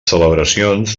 celebracions